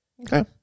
Okay